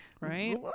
right